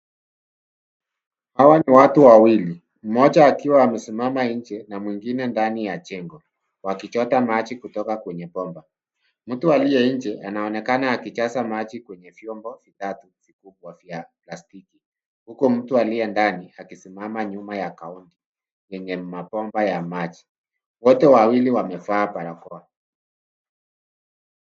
Hawa ni watu wawili mmoja akiwa amesimama nje mwingine ndani ya jengo wakichota maji kutoka kwenye bomba. Mtu aliye nje anaonekana akijaza maji kwenye vyombo vitatu vikubwa vya plastiki huku mtu aliye ndani akisimama nyuma ya kaunta yenye mabomba ya maji. Wote wawili wamevaa barakoa.